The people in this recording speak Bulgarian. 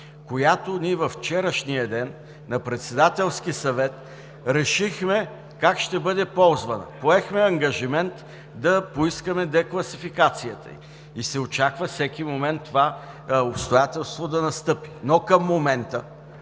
която ние във вчерашния ден на Председателския съвет решихме как ще бъде ползвана. Поехме ангажимент да поискаме декласификацията й. Очаква се всеки момент това обстоятелство да настъпи. Към момента